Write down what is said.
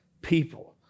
people